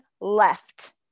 left